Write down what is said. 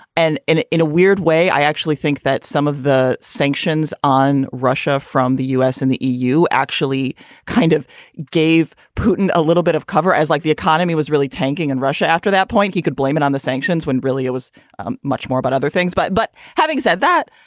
and in a weird way, i actually think that some of the sanctions on russia from the u s. and the eu actually kind of gave putin a little bit of cover as like the economy was really tanking in russia after that point. he could blame it on the sanctions when really it was much more about other things. but but having said that,